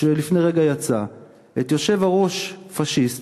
שלפני רגע יצא את היושב-ראש פאשיסט,